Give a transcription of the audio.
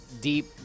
deep